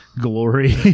glory